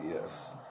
yes